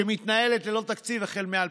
שמתנהלת ללא תקציב החל מ-2018.